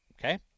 Okay